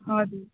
हजुर